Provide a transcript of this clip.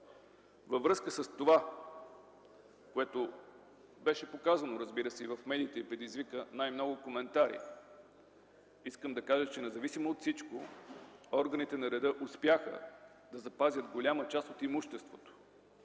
Във връзка с това, което беше показано в медиите и предизвика най-много коментари, искам да кажа, че независимо от всичко органите на реда успяха да запазят голяма част от имуществото